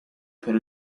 per